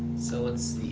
so let's